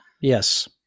Yes